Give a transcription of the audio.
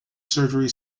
surgery